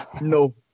no